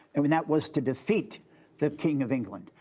i mean that was to defeat the king of england,